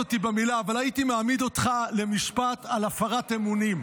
ונקודות זיכוי מס למשרת מילואים